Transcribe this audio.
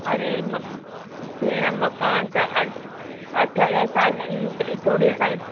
अरे मां भेण मकान त अठ ॾह सालनि तई थोरी असांखे